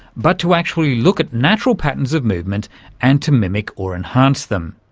but to actually look at natural patterns of movement and to mimic or enhance them.